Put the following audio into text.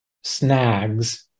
snags